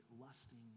lusting